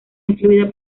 influida